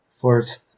first